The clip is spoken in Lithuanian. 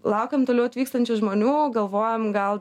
laukiam toliau atvykstančių žmonių galvojom gal